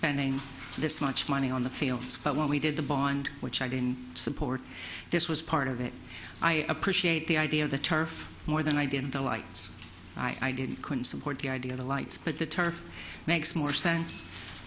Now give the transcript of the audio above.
spending this much money on the field but when we did the bond which i didn't support this was part of it i appreciate the idea of the turf more than i did the lights i did couldn't support the idea of the lights but the turf makes more sense